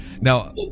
Now